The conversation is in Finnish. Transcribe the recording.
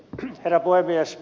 herra puhemies